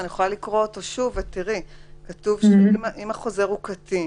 כתוב שאם החוזר הוא קטין